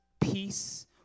peace